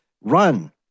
Run